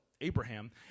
Abraham